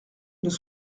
nous